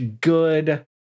good